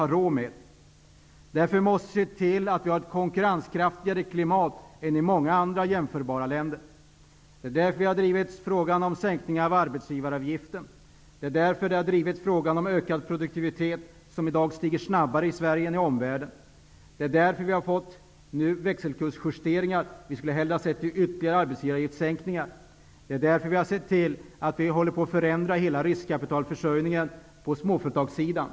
Vi måste därför se till att vi får ett konkurrenskraftigare klimat än i många andra jämförbara länder. Det är därför som vi har drivit frågan om en sänkning av arbetsgivaravgiften. Det är därför som vi har drivit frågan om en ökat produktivitet. Den stiger i dag snabbare i Sverige än i omvärlden. Det är därför vi nu har fått växelkursjusteringar. Vi skulle hellre ha sett ytterligare sänkningar av arbetsgivaravgiften. Det är därför vi har sett till att börja förändra hela riskkapitalförsörjningen på småföretagssidan.